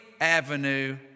avenue